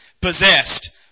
possessed